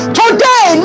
today